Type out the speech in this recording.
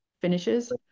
finishes